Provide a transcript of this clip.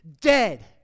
dead